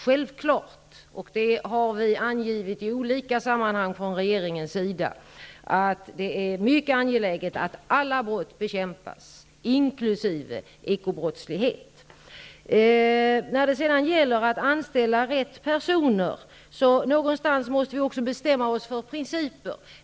Självfallet -- det har vi angivit i olika sammanhang från regeringens sida -- är det mycket angeläget att alla brott bekämpas, inkl. ekobrottslighet. När det gäller att anställa rätt personer, måste vi någonstans bestämma oss för principer.